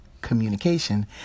communication